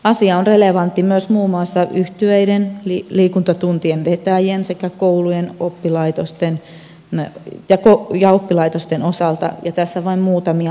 asia on relevantti myös muun muassa yhtyeiden liikuntatuntien vetäjien sekä koulujen ja oppilaitosten osalta tässä vain muutamia mainitakseni